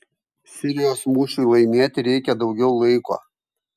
sirijos mūšiui laimėti reikia daugiau laiko